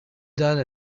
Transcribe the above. done